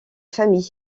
famille